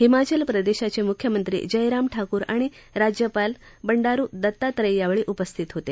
हिमाचल प्रदेशाचे मुख्यमंत्री जयराम ठाकूर आणि राज्यपाल बडांरू दत्तात्रय यावेळी उपस्थित होते